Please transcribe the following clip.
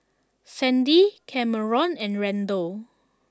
Sandy Kameron and Randall